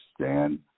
Stand